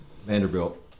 Vanderbilt